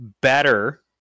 better